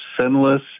sinless